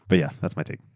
but yeah that's my take.